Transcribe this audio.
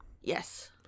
Yes